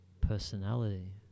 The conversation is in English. personality